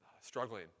struggling